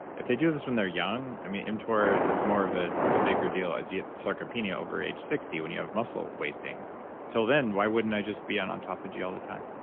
if they do this when they're young, i mean, mtor is more of a ah bigger deal as you get sarcopenia over age sixty when you have muscle wasting until then, why wouldn't i just be on autophagy all the time?